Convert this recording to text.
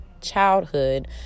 childhood